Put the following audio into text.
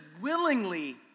willingly